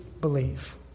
believe